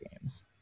games